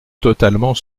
totalement